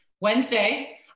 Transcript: Wednesday